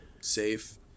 safe